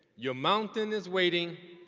your mountain is waiting.